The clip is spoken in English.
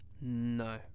no